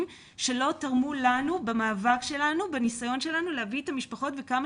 שלא תרמו לנו במאבק ובניסיון שלנו להביא את המשפחות כמה